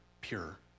pure